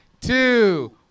two